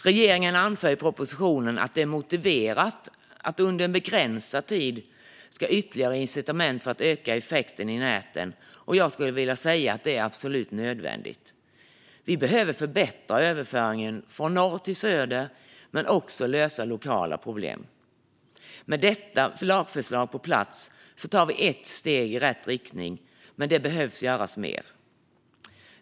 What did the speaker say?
Regeringen anför i propositionen att det är motiverat att under en begränsad tid skapa ytterligare incitament för att öka effekten i näten, och jag skulle vilja säga att det är absolut nödvändigt. Vi behöver förbättra överföringen från norr till söder men också lösa lokala problem. Med detta lagförslag på plats tar vi ett steg i rätt riktning, men det behöver göras mer.